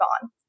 gone